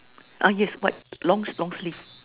ah yes white long long sleeve